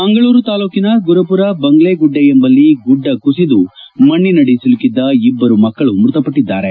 ಮಂಗಳೂರು ತಾಲೂಕಿನ ಗುರುಪುರ ಬಂಗ್ಲೆಗುಡ್ಡೆ ಎಂಬಲ್ಲಿ ಗುಡ್ಡ ಕುಸಿದು ಮಣ್ಣಿನಡಿ ಸಿಲುಕಿದ ಇಬ್ಬರು ಮಕ್ಕಳು ಮೃತಪಟ್ಟದ್ದಾರೆ